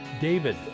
David